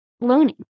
learning